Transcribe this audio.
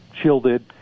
shielded